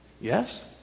Yes